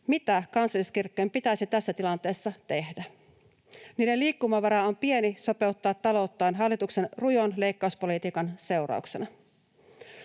mitä kansalliskirkkojen pitäisi tässä tilanteessa tehdä. Niiden liikkumavara sopeuttaa talouttaan hallituksen rujon leikkauspolitiikan seurauksena